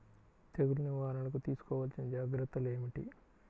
తెగులు నివారణకు తీసుకోవలసిన జాగ్రత్తలు ఏమిటీ?